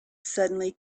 suddenly